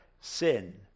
sin